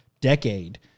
decade